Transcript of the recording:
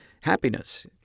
happiness